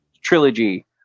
trilogy